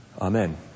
Amen